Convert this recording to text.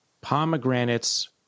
Pomegranate's